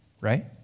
right